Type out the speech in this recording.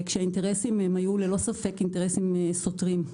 כשהאינטרסים היו ללא ספק אינטרסים סותרים.